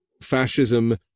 fascism